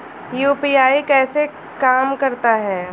UPI कैसे काम करता है?